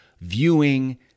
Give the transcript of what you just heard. viewing